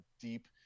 deep